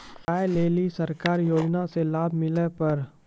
गाय ले ली सरकार के योजना से लाभ मिला पर?